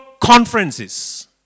conferences